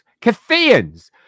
Cathayans